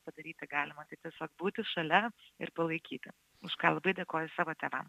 padaryti galima tai tiesiog būti šalia ir palaikyti už ką labai dėkoju savo tėvam